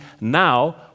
now